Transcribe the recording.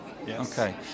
Okay